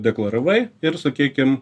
deklaravai ir sakykim